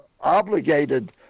obligated